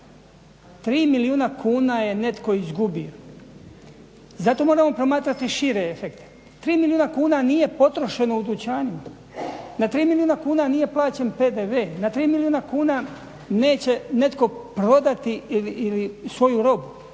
milijuna kuna je netko izgubio, zato moramo promatrati šire efekte. Tri milijuna kuna nije potrošeno u dućanu, na tri milijuna kuna nije plaćen PDV, na tri milijuna kuna neće netko prodati ili svoju robu